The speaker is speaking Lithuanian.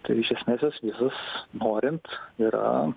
tai iš esmės jos visos norint yra